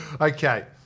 Okay